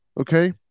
okay